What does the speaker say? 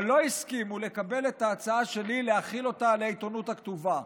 אבל לא הסכימו לקבל את ההצעה שלי להחיל אותה על העיתונות הכתובה.